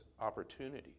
opportunities